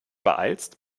beeilst